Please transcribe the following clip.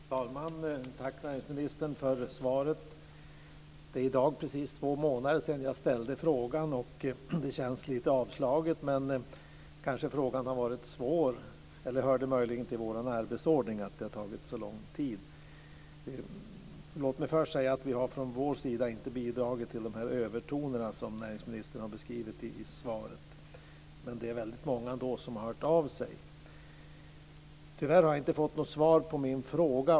Fru talman! Tack, näringsministern, för svaret! Det är i dag precis två månader sedan jag ställde frågan, och det känns lite avslaget. Men frågan har kanske varit svår, eller hör det möjligen till vår arbetsordning att det har tagit så lång tid. Låt mig först säga att vi från vår sida inte har bidragit till de övertoner som näringsministern har beskrivit i svaret. Det är ändå väldigt många som har hört av sig. Tyvärr har jag inte fått något svar på min fråga.